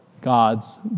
God's